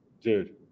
dude